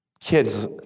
kids